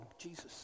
Jesus